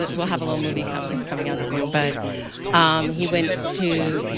ah we'll have a little movie kind of that's coming out soon. but he went to,